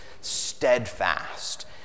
steadfast